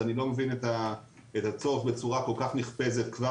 אז אני לא מבין את הצורך בצורה כל כך נחפזת כבר